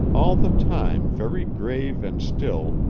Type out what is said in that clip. all the time very grave and still,